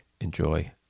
Enjoy